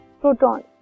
proton